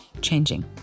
changing